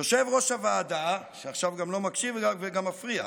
יושב-ראש הוועדה, שעכשיו גם לא מקשיב וגם מפריע,